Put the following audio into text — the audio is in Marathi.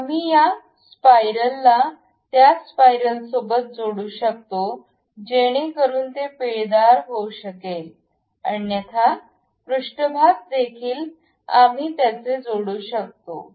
आम्ही या स्पायरलला त्या स्पायरल सोबत जोडू शकतो जेणेकरून ते पिळदार होऊ शकेल अन्यथा पृष्ठभाग देखील आम्ही त्याचे जोडू शकतो